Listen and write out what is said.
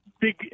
big